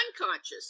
unconscious